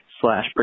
slash